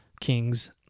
King's